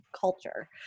culture